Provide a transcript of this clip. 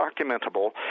documentable